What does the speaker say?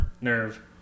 nerve